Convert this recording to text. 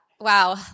Wow